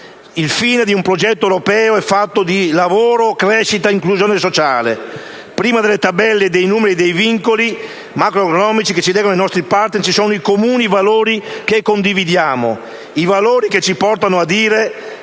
il fine di un progetto europeo è fatto di lavoro, crescita, inclusione sociale. Prima delle tabelle e dei numeri dei vincoli macroeconomici che ci legano ai nostri *partner* ci sono i comuni valori che condividiamo, i quali ci portano a dire